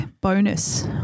bonus